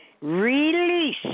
Release